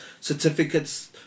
certificates